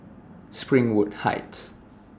Springwood Heights